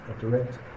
direct